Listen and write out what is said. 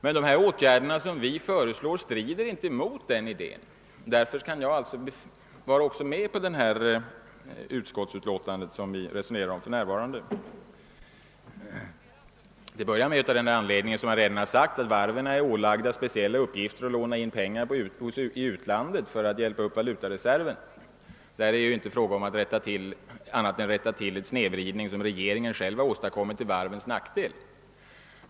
Men de åtgärder vi föreslår strider inte mot den idén, Därför kan jag ställa mig bakom det utlåtande vi för närvarande diskuterar, till att börja med av den anledningen att varven, som jag redan nämnt, är ålagda den speciella uppgiften att låna in pengar i utlandet för att hjälpa upp valutareserven. Där är det ju inte fråga om någonting annat än att rätta till en snedvridning som regeringen själv åstadkommit till varvens nackdel.